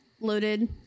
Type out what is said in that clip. loaded